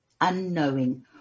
unknowing